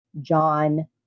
John